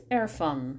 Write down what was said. ervan